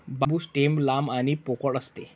बांबू stem लांब आणि पोकळ असते